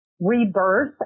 rebirth